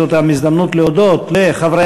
זו גם הזדמנות להודות לחברי